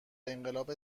انقلاب